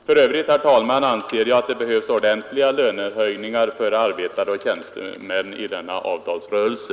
För övrigt anser jag, herr talman, att det behövs ordentliga lönehöjningar för arbetare och tjänstemän i denna avtalsrörelse.